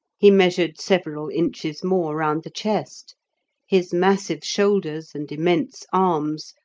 he measured several inches more round the chest his massive shoulders and immense arms,